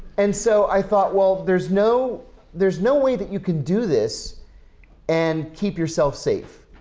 and so i thought, well, there's no there's no way that you can do this and keep yourself safe.